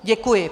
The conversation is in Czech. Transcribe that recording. Děkuji.